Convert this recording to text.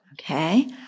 Okay